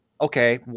okay